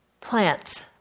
plants